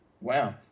wow